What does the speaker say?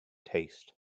taste